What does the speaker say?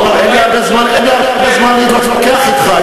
עמרם, אין לי הרבה זמן להתווכח אתך.